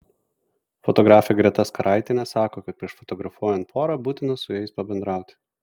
fotografė greta skaraitienė sako kad prieš fotografuojant porą būtina su jais pabendrauti